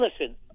listen